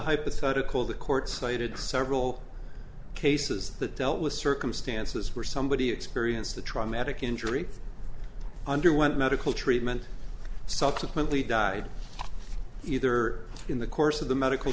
hypothetical the court cited several cases that dealt with circumstances where somebody experienced a traumatic injury underwent medical treatment subsequently died either in the course of the medical